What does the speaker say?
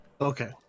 Okay